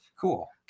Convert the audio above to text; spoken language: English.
Cool